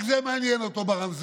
רק זה מעניין אותו ברמזור,